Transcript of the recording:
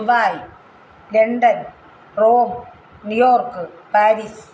Dubai London Rome New York Paris